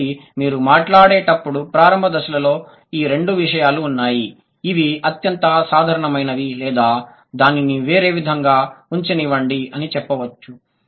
కాబట్టి మీరు మాట్లాడేటప్పుడు ప్రారంభ దశలలో ఈ రెండు విషయాలు ఉన్నాయి ఇవి అత్యంత సాధారణమైనవి లేదా దానిని వేరే విధంగా ఉంచనివ్వండి అని చెప్పవచ్చు